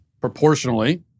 proportionally